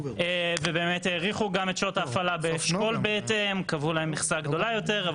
בהתאם לכך האריכו את שעות ההפעלה באשכול וקבעו להם מכסה גדולה יותר,